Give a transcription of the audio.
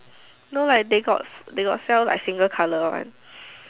no like they got they got sell single colour one